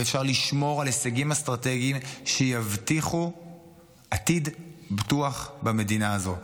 ואפשר לשמור על הישגים אסטרטגיים שיבטיחו עתיד בטוח במדינה הזו.